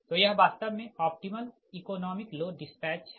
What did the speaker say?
तो यह वास्तव में ऑप्टीमल इकॉनोमिक लोड डिस्पैच है